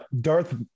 Darth